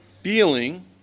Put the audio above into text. feeling